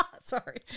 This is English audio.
Sorry